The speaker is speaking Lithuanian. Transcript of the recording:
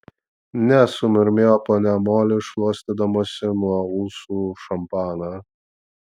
ne sumurmėjo ponia moli šluostydamasi nuo ūsų šampaną